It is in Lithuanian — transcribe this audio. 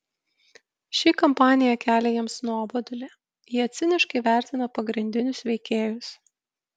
ši kampanija kelia jiems nuobodulį jie ciniškai vertina pagrindinius veikėjus